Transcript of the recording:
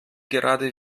gerade